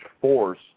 force